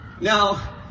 Now